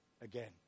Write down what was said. again